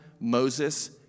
Moses